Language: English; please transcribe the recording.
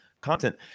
content